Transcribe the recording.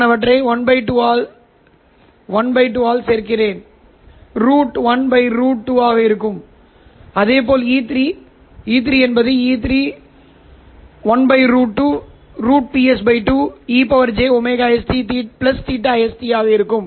நான் அவற்றை 1 by2 ஆல் சேர்க்கிறேன் √1 √2 இருக்கும் அதே போல் E3 E3 1√2 √Ps2 e jωstθs இருக்கும்